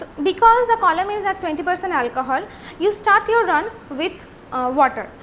ah because the column is at twenty percent alcohol you start your run with water.